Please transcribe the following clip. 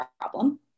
problem